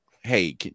Hey